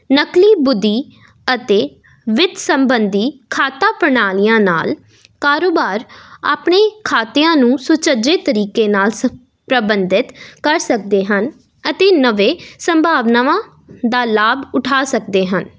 ਨਕਲੀ ਬੁੱਧੀ ਅਤੇ ਵਿੱਤ ਸੰਬੰਧੀ ਖਾਤਾ ਪ੍ਰਣਾਲੀਆਂ ਨਾਲ ਕਾਰੋਬਾਰ ਆਪਣੇ ਖਾਤਿਆਂ ਨੂੰ ਸੁਚੱਜੇ ਤਰੀਕੇ ਨਾਲ ਸ ਪ੍ਰਬੰਧਿਤ ਕਰ ਸਕਦੇ ਹਨ ਅਤੇ ਨਵੇਂ ਸੰਭਾਵਨਾਵਾਂ ਦਾ ਲਾਭ ਉਠਾ ਸਕਦੇ ਹਨ